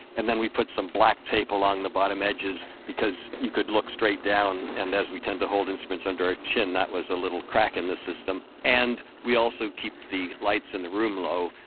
and then we put some black tape along the bottom edges, because you could look straight down and as we tend to hold instruments under our chin, that was a little crack in the system and we also keep the lights in the room low.